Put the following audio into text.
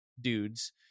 dudes